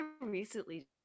recently